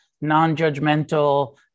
non-judgmental